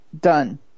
Done